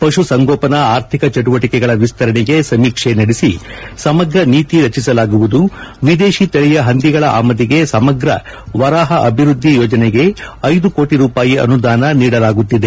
ಪಶುಸಂಗೋಪನಾ ಆರ್ಥಿಕ ಚಟುವಟಿಕೆಗಳ ವಿಸ್ತರಣೆಗೆ ಸಮೀಕ್ಷೆ ನಡೆಸಿ ಸಮಗ್ರ ನೀತಿ ರಚಿಸಲಾಗುವುದು ವಿದೇಶಿ ತಳಿಯ ಹಂದಿಗಳ ಆಮದಿಗೆ ಸಮಗ್ರ ವರಾಹ ಅಭಿವೃದ್ದಿ ಯೋಜನೆಗೆ ಐದು ಕೋಟಿ ರೂಪಾಯಿ ಅನುದಾನ ನೀಡಲಾಗುತ್ತಿದೆ